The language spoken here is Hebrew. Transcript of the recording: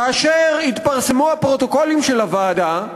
כאשר התפרסמו הפרוטוקולים של הוועדה,